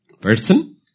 Person